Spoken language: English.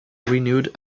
renewed